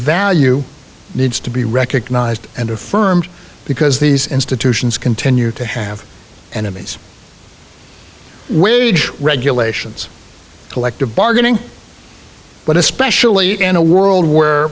value needs to be recognized and affirmed because these institutions continue to have enemies wage regulations collective bargaining but especially in a world where